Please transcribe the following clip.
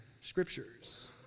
scriptures